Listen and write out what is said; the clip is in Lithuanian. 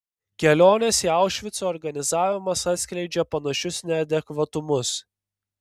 kelionės į aušvicą organizavimas atskleidžia panašius neadekvatumus